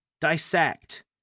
dissect